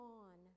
on